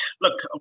look